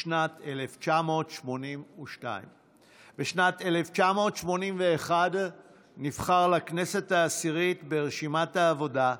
בשנת 1982. בשנת 1981 נבחר לכנסת העשירית ברשימת העבודה,